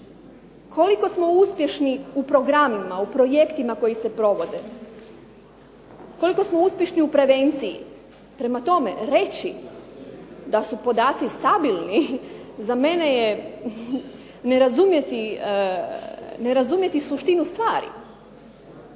koliko smo uspješni u programima, u projektima koji se provode, koliko smo uspješni u prevenciji. Prema tome, reći da su podaci stabilni za mene je ne razumjeti suštinu stvari.